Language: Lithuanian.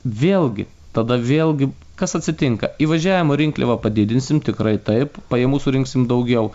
vėlgi tada vėlgi kas atsitinka įvažiavimo rinkliavą padidinsim tikrai taip pajamų surinksim daugiau